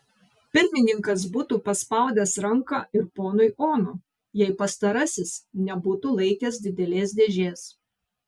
pirmininkas būtų paspaudęs ranką ir ponui ono jei pastarasis nebūtų laikęs didelės dėžės